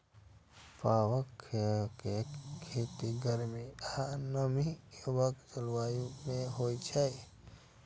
परवल के खेती गर्म आ नमी युक्त जलवायु मे होइ छै